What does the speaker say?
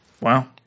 Wow